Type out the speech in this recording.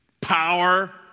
Power